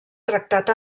tractat